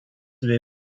bei